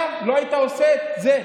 אתה לא היית עושה את זה,